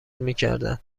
میکردند